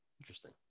Interesting